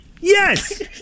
Yes